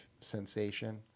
sensation